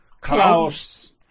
Klaus